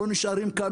לא נשארים כאן,